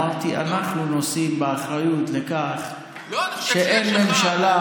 אמרנו, אנחנו נושאים באחריות לכך שאין ממשלה.